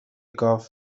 گاو